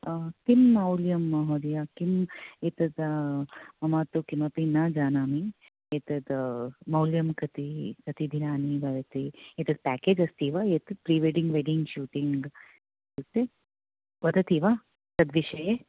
किं मौल्यं महोदय किं एतत् मम तु किमपि न जानामि एतत् मौल्यं कति कति दिनानि भवति एतत् पेकेज् अस्ति वा एतत् प्रिवेड्डिङ्ग् वेड्डिङ्ग् शूटिङ्ग् इत्युक्ते वदति वा तद्विषये